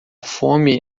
fome